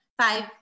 five